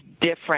different